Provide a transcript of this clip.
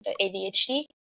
ADHD